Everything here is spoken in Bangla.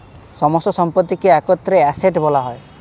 সমস্ত সম্পত্তিকে একত্রে অ্যাসেট্ বলা হয়